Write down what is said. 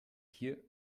hier